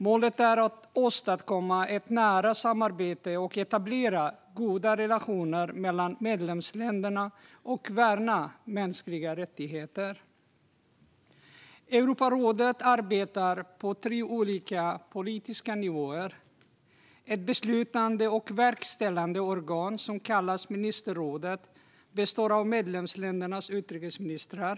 Målet är att åstadkomma ett nära samarbete, etablera goda relationer mellan medlemsländerna och värna mänskliga rättigheter. Europarådet arbetar på tre olika politiska nivåer. Det finns ett beslutande och verkställande organ som kallas ministerrådet och består av medlemsländernas utrikesministrar.